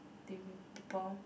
people